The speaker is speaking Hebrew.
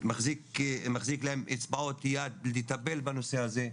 מחזיק להם אצבעות לטפל בנושא הזה,